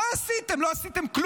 מה עשיתם?